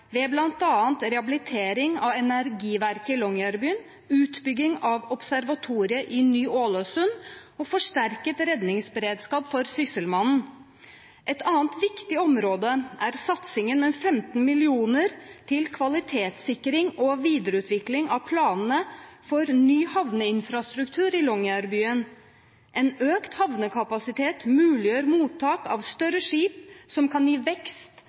ved bl.a. rehabilitering av energiverket i Longyearbyen, utbygging av observatoriet i Ny-Ålesund og forsterket redningsberedskap for Sysselmannen. Et annet viktig område er satsingen med 15 mill. kr til kvalitetssikring og videreutvikling av planene for ny havneinfrastruktur i Longyearbyen. En økt havnekapasitet muliggjør mottak av større skip som kan gi vekst